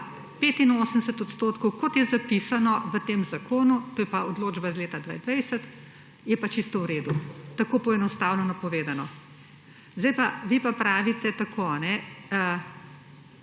85 %, kot je zapisano v tem zakonu, to je pa odloča iz leta 2020, je pa čisto v redu. Tako poenostavljeno povedano. Vi pa pravite tako, ne